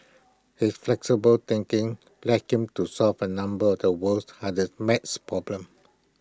his flexible thinking led him to solve A number of the world's hardest math problems